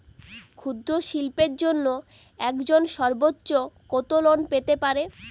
ক্ষুদ্রশিল্পের জন্য একজন সর্বোচ্চ কত লোন পেতে পারে?